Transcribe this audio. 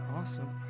Awesome